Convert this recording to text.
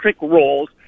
roles